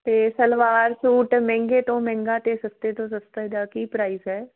ਅਤੇ ਸਲਵਾਰ ਸੂਟ ਮਹਿੰਗੇ ਤੋਂ ਮਹਿੰਗਾ ਅਤੇ ਸਸਤੇ ਤੋਂ ਸਸਤੇ ਦਾ ਕੀ ਪ੍ਰਾਈਜ਼ ਹੈ